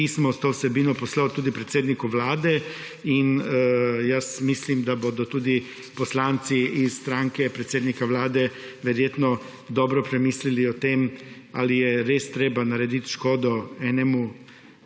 to vsebino poslal tudi predsedniku Vlade. Mislim, da bodo tudi poslanci iz stranke predsednika Vlade verjetno dobro premislili o tem, ali je res treba narediti škodo glavnemu mestu